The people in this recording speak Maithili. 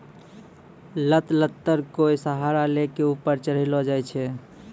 लत लत्तर कोय सहारा लै कॅ ऊपर चढ़ैलो जाय छै